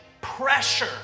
pressure